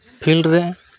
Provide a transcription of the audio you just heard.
field ᱨᱮ